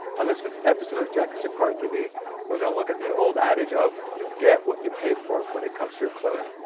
on this week's episode of jackets required tv we're going to look at the age old adage of, you get what you pay for when it comes to your clothing.